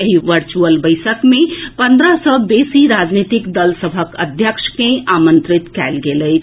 एहि वर्चुअल बैसक मे पन्द्रह सँ बेसी राजनीतिक दल सभक अध्यक्ष के आमंत्रित कएल गेल अछि